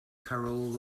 carole